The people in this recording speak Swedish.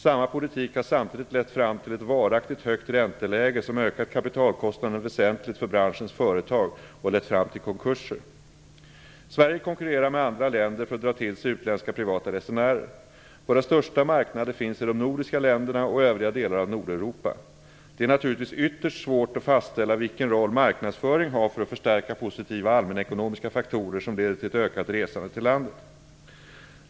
Samma politik har samtidigt lett fram till ett varaktigt högt ränteläge som ökat kapitalkostnaden väsentligt för branschens företag och lett fram till konkurser. Sverige konkurrerar med andra länder för att dra till sig utländska privata resenärer. Våra största marknader finns i de nordiska länderna och övriga delar av Nordeuropa. Det är naturligtvis ytterst svårt att fastställa vilken roll marknadsföring har för att förstärka positiva allmänekonomiska faktorer som leder till ett ökat resande till landet.